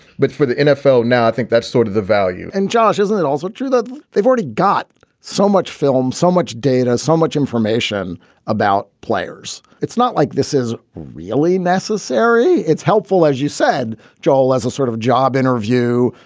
but for the nfl now, i think that's sort of the value and josh, isn't it also true that they've already got so much film, so much data, so much information about players? it's not like this is really necessary. it's helpful, as you said, joel, as a sort of job interview,